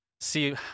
see